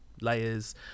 layers